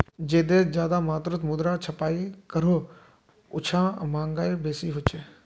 जे देश ज्यादा मात्रात मुद्रा छपाई करोह उछां महगाई बेसी होछे